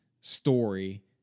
story